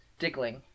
dickling